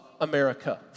America